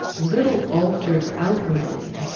little altered outwardly,